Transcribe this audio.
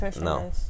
no